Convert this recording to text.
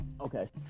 Okay